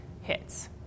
hits